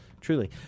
truly